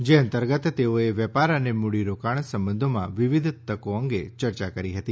જે અંતર્ગત તેઓએ વેપાર અને મૂડીરોકાણ સંબંધોમાં વિવિધ તકો અંગ ચર્ચા કરી હતી